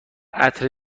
عطر